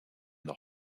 then